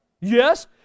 Yes